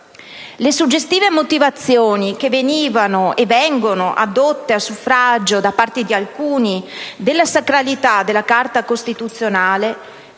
Le suggestive motivazioni che venivano e vengono addotte a suffragio della sacralità della Carta costituzionale